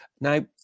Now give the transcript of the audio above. Now